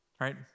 right